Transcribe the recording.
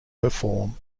perform